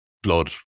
blood